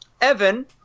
Evan